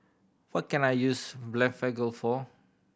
what can I use Blephagel for